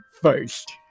first